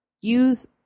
Use